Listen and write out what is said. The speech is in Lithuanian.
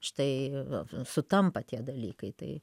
štai sutampa tie dalykai tai